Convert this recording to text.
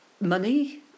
money